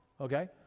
okay